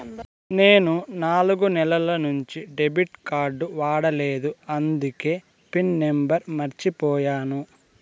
నేను నాలుగు నెలల నుంచి డెబిట్ కార్డ్ వాడలేదు అందికే పిన్ నెంబర్ మర్చిపోయాను